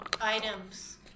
items